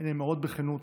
והן נאמרות בכנות,